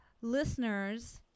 listeners